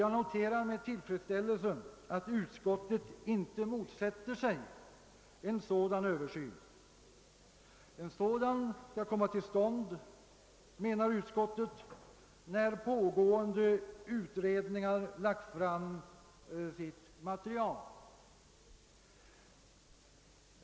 Jag noterar med tillfredsställelse att utskottet inte motsätter sig en översyn utan menar att en sådan skall komma till stånd, när pågående utredningar lagt fram sitt material.